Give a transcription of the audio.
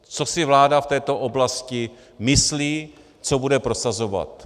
Co si vláda v této oblasti myslí, co bude prosazovat.